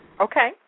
Okay